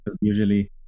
Usually